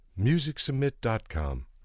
MusicSubmit.com